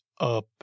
up